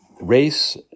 race